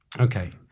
Okay